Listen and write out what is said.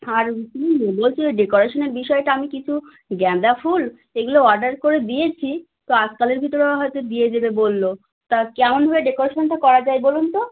আর বলছি ওই ডেকোরেশনের বিষয়টা আমি কিছু গাঁদা ফুল এগুলো অর্ডার করে দিয়েছি তো আজকালের ভিতরে ওরা হয়তো দিয়ে দেবে বলল তা কেমনভাবে ডেকোরেশনটা করা যায় বলুন তো